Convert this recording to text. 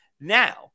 Now